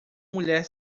mulher